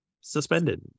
suspended